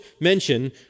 mention